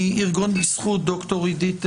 מארגון בזכות, ד"ר עדית סרגוסטי,